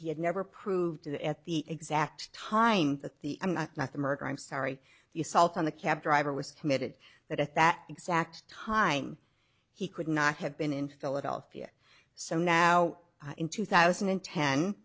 he had never proved at the exact time that the night the murder i'm sorry the assault on the cab driver was committed that at that exact time he could not have been in philadelphia so now in two thousand and ten